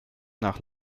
nach